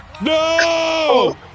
No